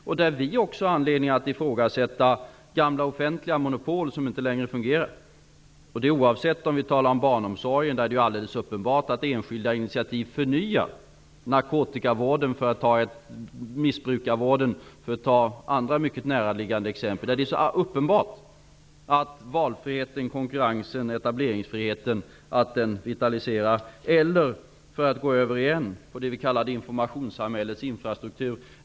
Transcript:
Vi har också anledning att ifrågasätta gamla, offentliga monopol som inte längre fungerar -- detta oavsett om vi talar om barnomsorgen där det är alldeles uppenbart att enskilda initiativ förnyar. Ett annat mycket näraliggande exempel är missbrukarvården, t.ex. narkotikavården. Det är alldeles uppenbart att valfriheten, konkurrensen och etableringsfriheten vitaliserar. Låt oss återigen gå över till det vi kallar informationssamhällets infrastruktur.